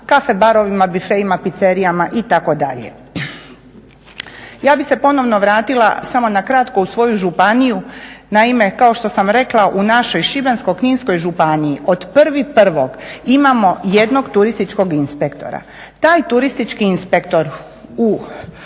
caffe barovima, bifeima, pizzeriama itd. Ja bih se ponovno vratila samo na kratko u svoju županiju. Naime, kao što sam rekla u našoj Šibensko-kninskoj županiji od 1.1. imamo jednog turističkog inspektora. Taj turistički inspektor uz